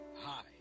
Hi